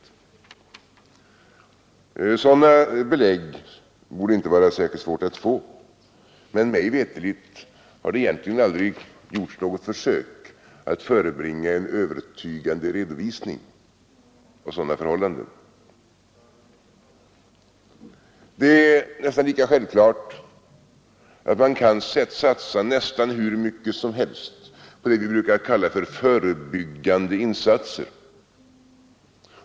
Belägg för detta torde det inte vara särskilt svårt att få, men mig veterligt har det egentligen aldrig gjorts något försök att förebringa en övertygande redovisning av sådana förhållanden. Det är ungefär lika självklart att vi kan satsa nästan hur mycket som helst på det vi brukar kalla förebyggande insatser.